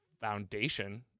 foundation